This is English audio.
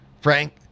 Frank